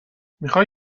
میخوای